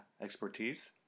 expertise